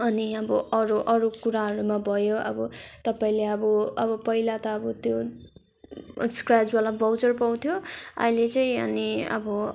अनि अब अरू अरू कुराहरूमा भयो अब तपाईँले अब अब पहिला त अब त्यो स्क्राचवाला भाउचर पाउँथ्यो अहिले चाहिँ अनि अब